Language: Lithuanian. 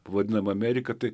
vadinam amerika tai